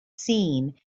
seen